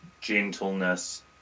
gentleness